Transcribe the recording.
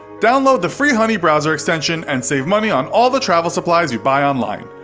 download the free honey browser extension, and save money on all the travel supplies you buy online.